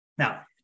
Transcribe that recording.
Now